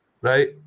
right